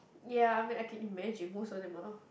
ya I mean I can imagine most of them are